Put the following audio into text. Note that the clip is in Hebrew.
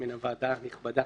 אנחנו